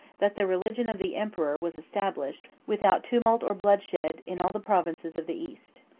that the religion of the emperor was established, without tumult or bloodshed, in all the provinces of the east.